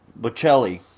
Bocelli